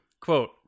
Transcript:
quote